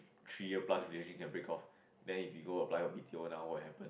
three year plus relationship can break off then if we go apply for B_T_O now what happen